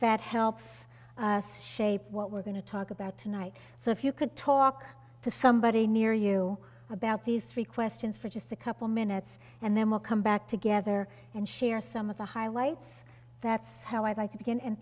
that helps shape what we're going to talk about tonight so if you could talk to somebody near you about these three questions for just a couple minutes and then we'll come back together and share some of the highlights that's how i'd like to begin